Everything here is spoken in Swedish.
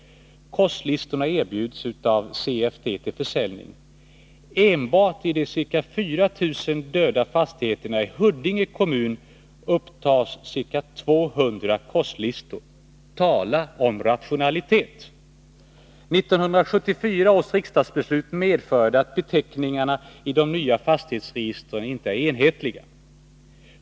Korslistorna erbjuds av CFD till försäljning. Enbart de ca 4 000 döda fastigheterna i Huddinge kommun upptar ca 200 sidor korslistor. Tala om rationalitet! 1974 års riksdagsbeslut medförde att beteckningarna i de nya fastighetsregistren inte är enhetliga.